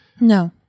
No